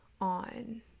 on